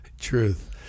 Truth